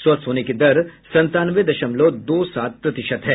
स्वस्थ होने की दर संतानवे दशमलव द्र सात प्रतिशत है